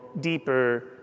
deeper